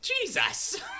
Jesus